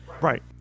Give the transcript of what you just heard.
Right